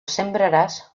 sembraràs